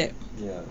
ya